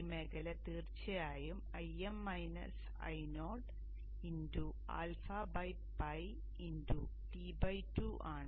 ഈ മേഖല തീർച്ചയായും Im -Io απ T 2 ആണ്